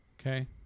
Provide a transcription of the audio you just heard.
Okay